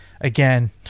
again